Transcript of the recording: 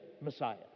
Messiah